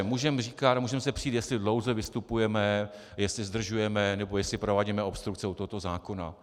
Můžeme se přít, jestli dlouze vystupujeme, jestli zdržujeme nebo jestli provádíme obstrukce u tohoto zákona.